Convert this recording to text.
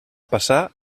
passar